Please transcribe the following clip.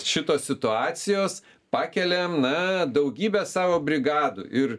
šitos situacijos pakeliam na daugybę savo brigadų ir